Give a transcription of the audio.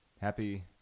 happy